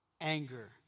Anger